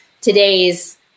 today's